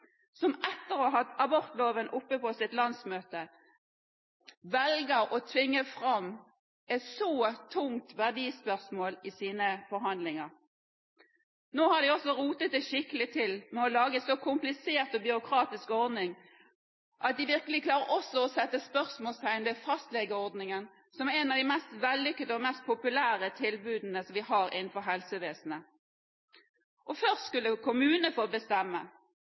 som etter å ha hatt abortloven oppe på sitt landsmøte, velger å tvinge fram et så tungt verdispørsmål i sine forhandlinger. Nå har de også rotet det skikkelig til ved å lage en så komplisert og byråkratisk ordning at de virkelig også klarer å sette spørsmålstegn ved fastlegeordningen, som er en av de mest vellykkede og mest populære tilbudene vi har innenfor helsevesenet. Først skulle kommunene få bestemme,